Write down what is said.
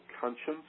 conscience